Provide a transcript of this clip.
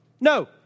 no